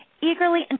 eagerly